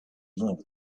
love